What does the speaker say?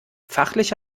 fachlich